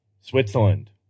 switzerland